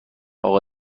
اقا